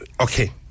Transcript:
Okay